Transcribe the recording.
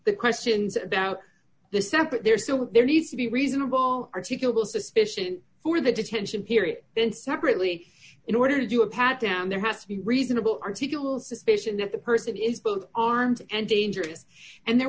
the questions about the separate they're still believed to be reasonable articulable suspicion for the detention period then separately in order to do a pat down there has to be reasonable articulable suspicion that the person is both armed and dangerous and there